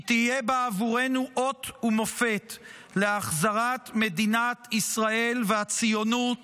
היא תהיה בעבורנו אות ומופת להחזרת מדינת ישראל והציונות